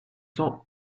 cent